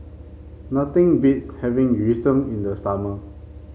nothing beats having Yu Sheng in the summer